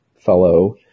fellow